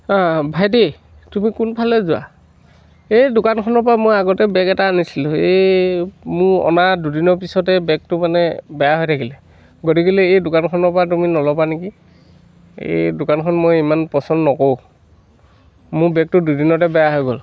ভাইটি তুমি কোনফালে যোৱা এই দোকানখনৰ পৰা মই আগতে বেগ এটা আনিছিলোঁ এই মোৰ অনা দুইদিনৰ পিছতে বেগটো মানে বেয়া হৈ থাকিলে গতিকে এই দোকানখনৰ পৰা তুমি নল'বা নেকি এই দোকানখন মই ইমান পচন্দ নকৰোঁ মোৰ বেগটো দুইদিনতে বেয়া হৈ গ'ল